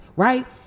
right